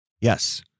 Yes